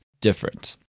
different